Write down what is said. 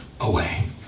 away